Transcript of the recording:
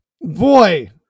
Boy